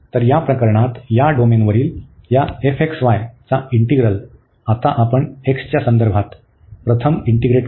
तर या प्रकरणात या डोमेनवरील या चा इंटीग्रल आता आपण x च्या संदर्भात प्रथम इंटीग्रेट करू